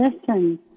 listen